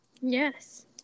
Yes